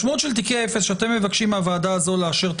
המשמעות של תיקי אפס שאתם מבקשים מהוועדה הזו לאשר,